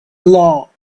law